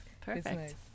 Perfect